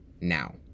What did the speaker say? now